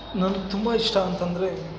ನನ್ಗೆ ತುಂಬ ಇಷ್ಟ ಅಂತಂದರೆ